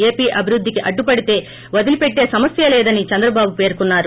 AP అభివృద్ధికి అడ్డుపడితే వదిలిపెట్లే సమస్యే లేదని చంద్రబాబు పెర్కున్నారు